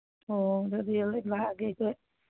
ꯑꯣ ꯑꯗꯨꯗꯤ ꯂꯥꯛꯑꯒꯦ ꯑꯩꯈꯣꯏ